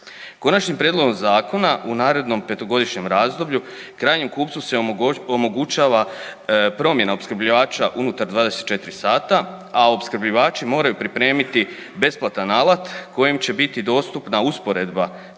Konačnim prijedlogom zakona u narednom 5-godišnjem razdoblju krajnjem kupcu se omogućava promjena opskrbljivača unutar 24 sata, a opskrbljivači moraju pripremiti besplatan alat kojem će biti dostupna usporedba